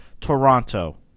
Toronto